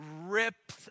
ripped